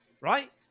right